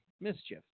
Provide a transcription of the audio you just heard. Mischief